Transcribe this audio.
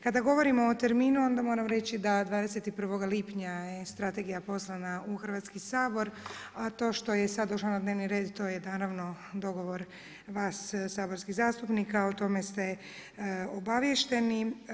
Kada govorimo o terminu, onda moram reći da 21. lipnja je strategija poslana u Hrvatski sabor, a to što je sada došla na dnevni red to je naravno dogovor vas saborskih zastupnika, o tome ste obaviješteni.